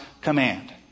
command